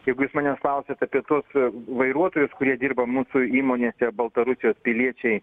jeigu jūs manęs klausiat apie tuos vairuotojus kurie dirba mūsų įmonėse baltarusijos piliečiai